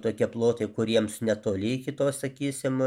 tokie plotai kuriems netoli iki tos sakysim